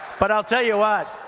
but i'll tell you what,